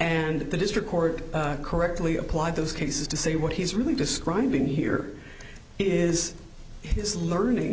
and the district court correctly applied those cases to say what he's really describing here is his learning